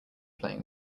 playing